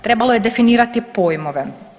Trebalo je definirati pojmove.